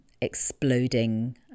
exploding